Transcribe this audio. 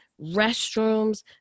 restrooms